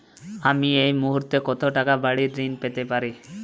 আমি এই মুহূর্তে কত টাকা বাড়ীর ঋণ পেতে পারি?